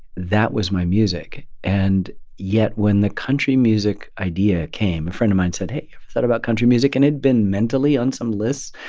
that was my music. and yet, when the country music idea came a friend of mine said, hey, thought about country music? and it'd been mentally on some lists,